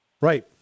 Right